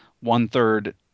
one-third